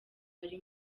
ari